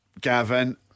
Gavin